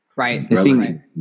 right